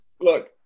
Look